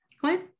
Clint